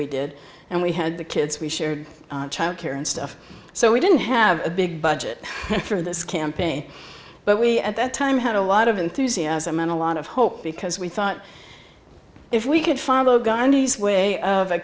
we did and we had the kids we shared childcare and stuff so we didn't have a big budget for this campaign but we at that time had a lot of enthusiasm and a lot of hope because we thought if we could follow gandhi's way of a